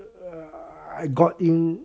err I got in